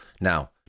Now